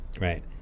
right